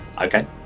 Okay